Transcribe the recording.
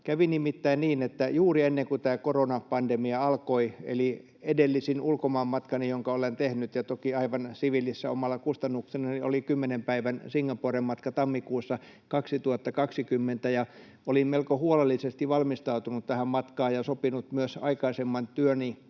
Kävi nimittäin niin, että juuri ennen kuin tämä koronapandemia alkoi — se on edellisin ulkomaanmatkani, jonka olen tehnyt, ja toki aivan siviilissä omalla kustannuksellani — oli kymmenen päivän Singaporen matka tammikuussa 2020. Olin melko huolellisesti valmistautunut tähän matkaan ja sopinut myös aikaisemman työni